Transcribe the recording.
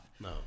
No